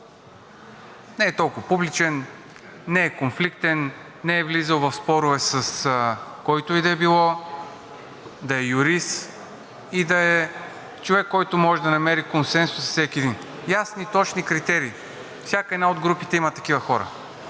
не е толкова публичен, не е конфликтен, не е влизал в спорове с когото и да е било, да е юрист и да е човек, който може да намери консенсус с всеки един – ясни и точни критерии. Във всяка една от групите има такива хора.